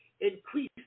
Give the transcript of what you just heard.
Increase